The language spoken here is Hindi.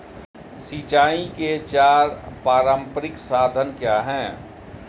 सिंचाई के चार पारंपरिक साधन क्या हैं?